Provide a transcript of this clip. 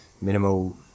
minimal